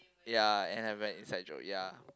ya and have an inside joke ya